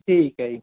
ਠੀਕ ਹੈ ਜੀ